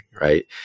right